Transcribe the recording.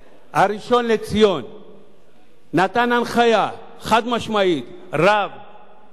נתן הנחיה חד-משמעית: רב שיסרב לרשום